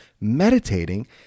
meditating